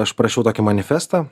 aš parašiau tokį manifestą